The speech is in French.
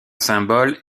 symbole